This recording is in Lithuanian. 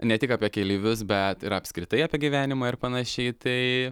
ne tik apie keleivius bet ir apskritai apie gyvenimą ir panašiai tai